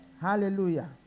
Hallelujah